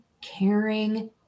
caring